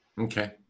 Okay